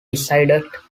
decided